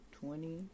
twenty